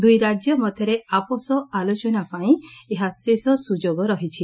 ଦୂଇ ରାଜ୍ୟ ମଧରେ ଆପୋଷ ଆଲୋଚନା ପାଇଁ ଏହା ଶେଷ ସ୍ବଯୋଗ ରହିଛି